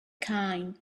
kind